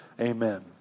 amen